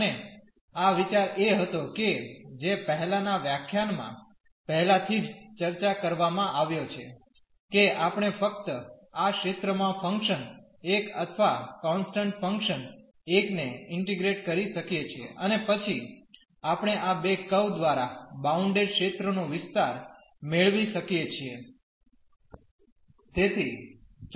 અને આ વિચાર એ હતો કે જે પહેલાના વ્યાખ્યાનમાં પહેલાથી ચર્ચા કરવામાં આવ્યો છે કે આપણે ફક્ત આ ક્ષેત્રમાં ફંક્શન એક અથવા કોન્સટન્ટ ફંક્શન 1 ને ઇન્ટીગ્રેટ કરી શકીએ છીએ અને પછી આપણે આ બે કર્વ દ્વારા બાઉન્ડેડ ક્ષેત્રનો વિસ્તાર મેળવી શકીએ છીએ